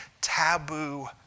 taboo